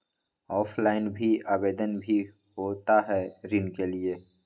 Offline भी आवेदन भी होता है ऋण के लिए?